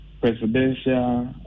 presidential